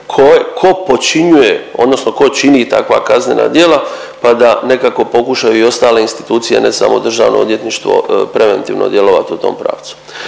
tko počinjuje odnosno tko čini takva kaznena djela pa da nekako pokušaju i ostale institucije ne samo državno odvjetništvo preventivno djelovati u tom pravcu.